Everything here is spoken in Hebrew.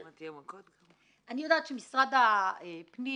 אני יודעת שמשרד הפנים